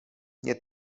nie